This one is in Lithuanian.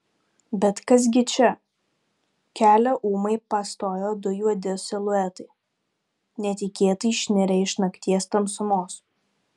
bet kas gi čia kelią ūmai pastojo du juodi siluetai netikėtai išnirę iš nakties tamsumos